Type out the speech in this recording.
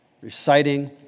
reciting